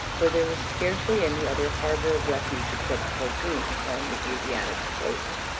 for there was scarcely any other harbour of refuge except cochin upon the asiatic coast.